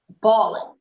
bawling